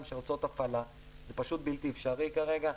של הוצאות הפעלה וזה פשוט בלתי אפשרי כרגע.